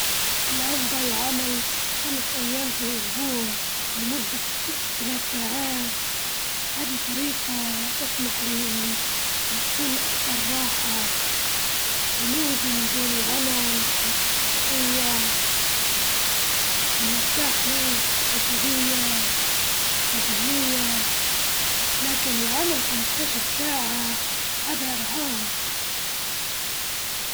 أفضل ضعف هو ضعف الفلوس، لإن الفلوس تساعدني بنعيش حياة أفضل، ونحقق كل أهدافي، نعيش حياتي، أما العمر إذا عشت أكتر من هيك يمكن ما يكونش عندي طاقة أو حوافز، ما يكونش عندي شغف.